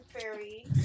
fairy